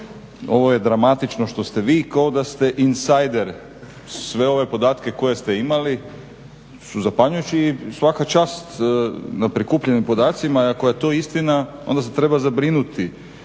Ovo je dramatično što ste vi kao da ste insajder sve ove podatke koje ste imali su zapanjujući i svaka čast na prikupljenim podacima. I ako je to istina onda se treba zabrinuti,